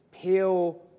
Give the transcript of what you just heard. peel